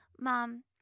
Mom